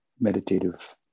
meditative